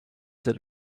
that